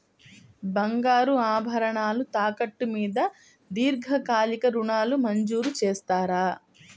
బంగారు ఆభరణాలు తాకట్టు మీద దీర్ఘకాలిక ఋణాలు మంజూరు చేస్తారా?